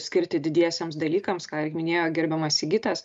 skirti didiesiems dalykams ką ir minėjo gerbiamas sigitas